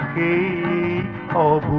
ie oh